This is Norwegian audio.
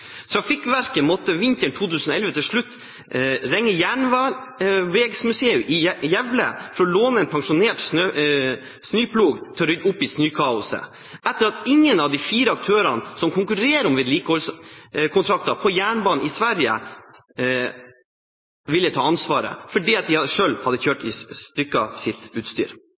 måtte vinteren 2011 til slutt ringe Järnvägsmuseet i Gävle for å låne en pensjonert snøplog til å rydde opp i snøkaoset, etter at ingen av de fire aktørene som konkurrerer om vedlikeholdskontrakter på jernbanen i Sverige, ville ta ansvaret når de selv hadde kjørt i stykker sitt utstyr.